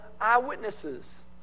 eyewitnesses